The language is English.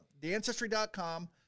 theAncestry.com